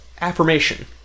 affirmation